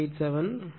எனவே இது